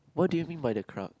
what do you mean by the crowd